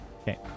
Okay